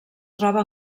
troba